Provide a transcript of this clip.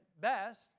best